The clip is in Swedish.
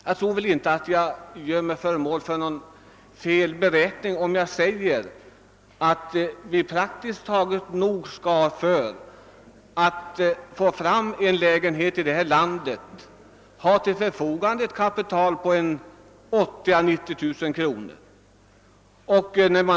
Jag tror inte att jag gör mig skyldig till någon felberäkning om jag säger att vi för att producera en enda lägenhet måste ha till förfogande ett kapital på 80 000—90 000 kronor.